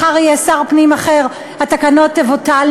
מחר יהיה שר פנים אחר, התקנות תבוטלנה.